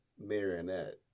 marionette